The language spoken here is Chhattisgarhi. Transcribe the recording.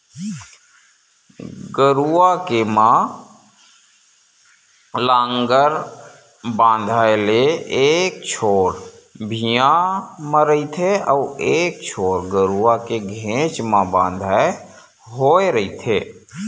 गरूवा के म लांहगर बंधाय ले एक छोर भिंयाँ म रहिथे अउ एक छोर गरूवा के घेंच म बंधाय होय रहिथे